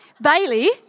Bailey